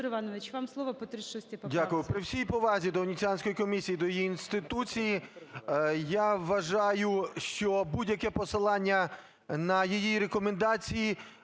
Дякую.